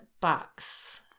box